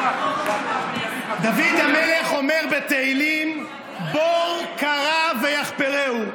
דוד המלך אומר בתהילים: "בור כרה ויחפרהו".